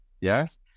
Yes